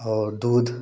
और दूध